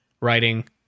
writing